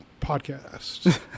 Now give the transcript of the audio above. podcast